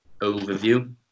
overview